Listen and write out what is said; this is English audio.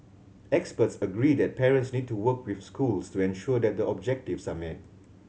experts agree that parents need to work with schools to ensure that the objectives are met